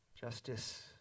justice